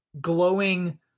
glowing